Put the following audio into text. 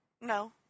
No